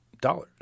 dollars